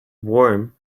warm